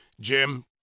Jim